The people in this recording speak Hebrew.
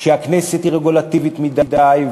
שהכנסת היא רגולטיבית מדי,